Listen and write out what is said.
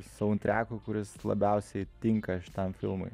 saundtreku kuris labiausiai tinka šitam filmui